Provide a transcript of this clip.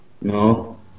no